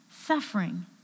suffering